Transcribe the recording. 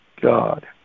God